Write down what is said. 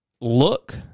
look